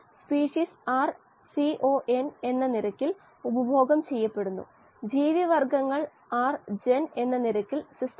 flux എന്ന പദം ഉപയോഗിക്കുന്ന രീതിയിലെ നേരിയ വ്യത്യാസം